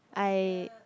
I